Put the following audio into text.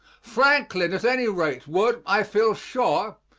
franklin, at any rate, would, i feel sure,